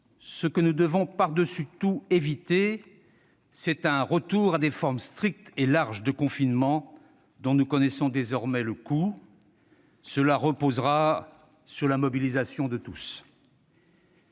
Ce que nous devons par-dessus tout éviter, c'est un retour à des formes strictes et larges de confinement dont nous connaissons désormais le coût. Cela reposera sur la mobilisation de tous.